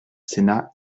sénat